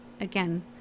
Again